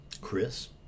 Chris